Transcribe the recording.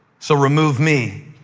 so remove me.